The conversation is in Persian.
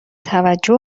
توجه